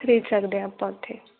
ਖਰੀਦ ਸਕਦੇ ਹਾਂ ਆਪਾਂ ਉੱਥੇ